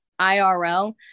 IRL